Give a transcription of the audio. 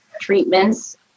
treatments